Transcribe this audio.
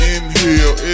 Inhale